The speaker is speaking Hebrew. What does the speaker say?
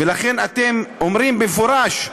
לכן אתם אומרים במפורש,